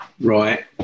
right